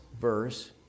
verse